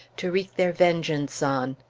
to wreak their vengeance on.